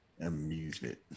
Amusement